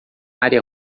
área